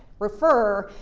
refer,